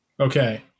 Okay